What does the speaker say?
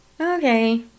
Okay